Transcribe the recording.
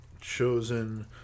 chosen